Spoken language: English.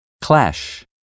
Clash